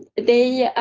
they,